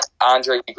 Andre